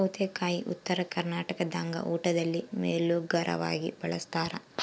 ಸೌತೆಕಾಯಿ ಉತ್ತರ ಕರ್ನಾಟಕದಾಗ ಊಟದಲ್ಲಿ ಮೇಲೋಗರವಾಗಿ ಬಳಸ್ತಾರ